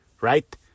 right